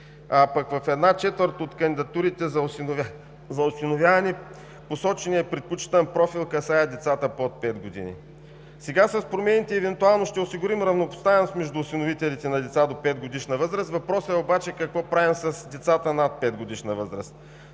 пък в една четвърт от кандидатурите за осиновяване посоченият предпочитан профил касае децата под 5 години. Сега с промените евентуално ще осигурим равнопоставеност между осиновителите на деца до 5-годишна възраст, въпросът е обаче: какво правим с децата над 5-годишна възраст?